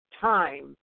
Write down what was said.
time